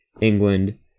England